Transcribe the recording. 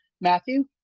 Matthew